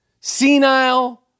Senile